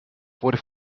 wurde